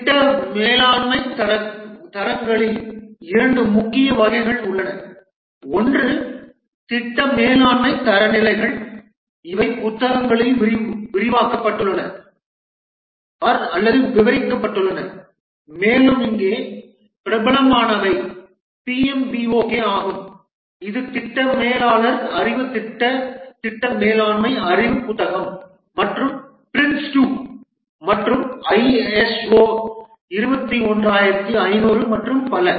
திட்ட மேலாண்மைத் தரங்களில் 2 முக்கிய வகைகள் உள்ளன ஒன்று திட்ட மேலாண்மைத் தரநிலைகள் இவை புத்தகங்களில் விவரிக்கப்பட்டுள்ளன மேலும் இங்கே பிரபலமானவை PMBOK ஆகும் இது திட்ட மேலாளர் அறிவு திட்ட திட்ட மேலாண்மை அறிவு புத்தகம் மற்றும் PRINCE2 மற்றும் ஐஎஸ்ஓ 21500 மற்றும் பல